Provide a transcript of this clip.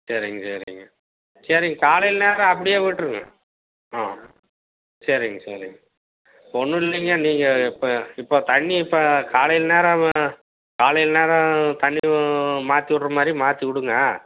சரிங்க சரிங்க சரிங்க காலையில நேரம் அப்படியே விட்டுருங்க ஆ சரிங்க சரிங்க ஒன்றுலிங்க நீங்கள் இப்போ இப்போ தண்ணி இப்போ காலையில நேரம் காலையில நேரம் தண்ணி மாற்றி விட்ற மாதிரி மாற்றி விடுங்க